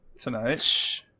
Tonight